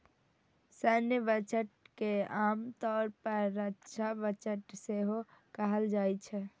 सैन्य बजट के आम तौर पर रक्षा बजट सेहो कहल जाइ छै